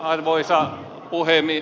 arvoisa puhemies